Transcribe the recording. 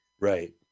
Right